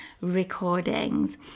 recordings